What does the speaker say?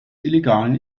illegalen